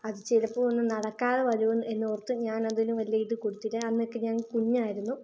അത് ചിലപ്പോൾ ഒന്നും നടക്കാതെ വരുമെന്നോർത്ത് ഞാൻ അതിന് വലിയ ഒരു ഇത് കൊടുത്തില്ല അന്നൊക്കെ ഞാൻ കുഞ്ഞായിരുന്നു